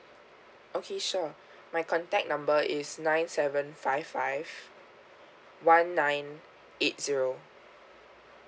okay sure my contact number is nine seven five five one nine eight zero